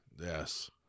Yes